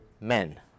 men